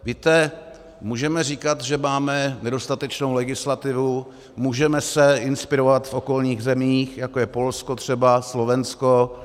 Víte, můžeme říkat, že máme nedostatečnou legislativu, můžeme se inspirovat v okolních zemích, jako je třeba Polsko, Slovensko.